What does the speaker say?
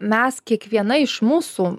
mes kiekviena iš mūsų